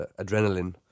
adrenaline